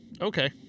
Okay